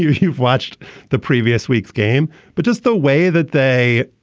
you've watched the previous week's game. but just the way that they,